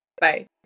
Bye